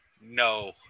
no